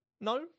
No